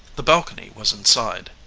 the balcony was inside.